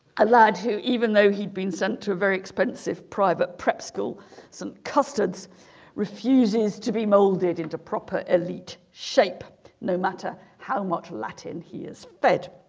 aloud who even though he'd been sent to a very expensive private prep school some custards refuses to be moulded into proper elite shape no matter how much latin he is fed